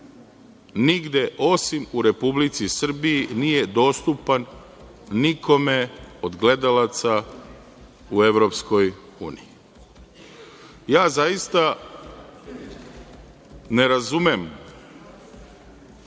nigde osim u Republici Srbiji nije dostupan nikome od gledalaca u EU.Ja zaista ne razumem